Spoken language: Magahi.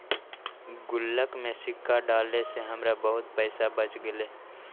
गुल्लक में सिक्का डाले से हमरा बहुत पइसा बच गेले